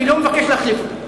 אני לא מבקש להחליף,